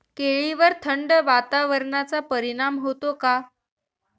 केळीवर थंड वातावरणाचा परिणाम होतो का?